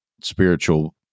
spiritual